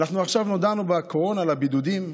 עכשיו נודענו בקורונה לבידודים,